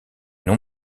non